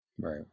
Right